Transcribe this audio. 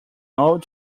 old